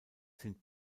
sind